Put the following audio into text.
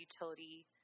utility